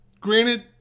Granted